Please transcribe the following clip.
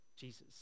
Jesus